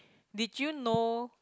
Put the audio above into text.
did you know